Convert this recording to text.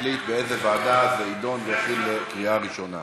שתחליט באיזו ועדה זה יידון בקריאה ראשונה.